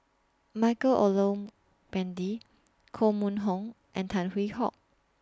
Michael Olcomendy Koh Mun Hong and Tan Hwee Hock